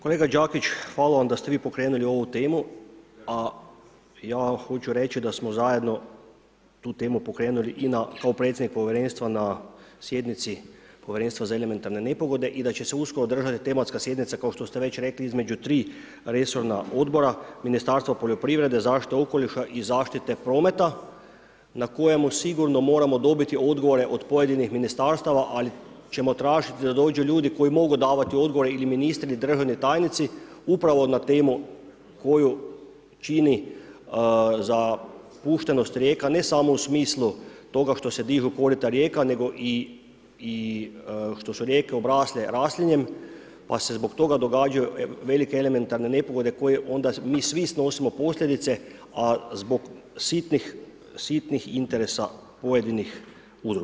Kolega Đakić, hvala vam da ste vi pokrenuli ovu temu, a ja hoću reći, da smo zajedno tu temu pokrenuli i kao predsjednik povjerenstva na sjednici povjerenstva za elementarne nepogode i da će se uskoro održati tematska sjednica, kao što ste već rekli između 3 restorana odbora, Ministarstva poljoprivrede, zaštite okoliša i zaštite prometa, na kojemu sigurno moramo dobiti odgovore, od pojedinih ministarstava, ali ćemo tražiti da dođu ljudi koji mogu davati odgovore, ili ministri ili državni tajnici, upravo na temu koju čini zapuštenost rijeka, ne samo u smislu toga što se dižu korita rijeka, nego i što su rijeke obrasle raslinjem, pa se zbog toga događaju velike elementarne nepogode, koje onda mi svi snosimo posljedice, a zbog sitnih interesa pojedinih udruga.